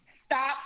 Stop